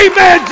Amen